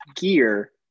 gear